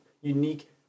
unique